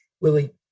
Willie